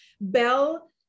Bell